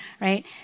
right